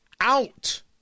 Out